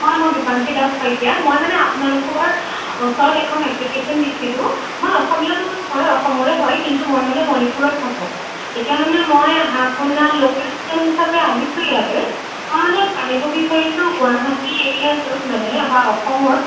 হয় মই বিপাংশী দাস শইকীয়া মই মানে আপোনালোকৰ ওচৰত এখন এপ্লিকেচন দিছিলো মই অসমীয়া মানুহ হয় অসমৰে হয় কিন্তু মই মানে মণিপুৰত থাকো এতিয়া মানে মই আপোনাৰ লোকেল ষ্টুডেণ্ট হিচাপে আহিছো ইয়ালৈ মই মানে জানিব বিচাৰিছোঁ গুৱাহাটী এৰিয়াটোত মানে বা অসমত